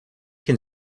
can